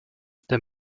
der